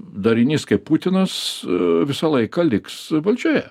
darinys kaip putinas visą laiką liks valdžioje